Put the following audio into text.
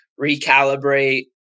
recalibrate